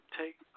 take